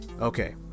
okay